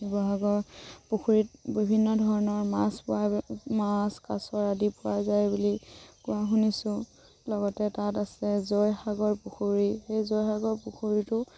শিৱসাগৰ পুখুৰীত বিভিন্ন ধৰণৰ মাছ পোৱা মাছ কাছ আদি পোৱা যায় বুলি কোৱা শুনিছোঁ লগতে তাত আছে জয়সাগৰ পুখুৰী সেই জয়সাগৰ পুখুৰীটো